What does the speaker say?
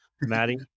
Maddie